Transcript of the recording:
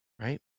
right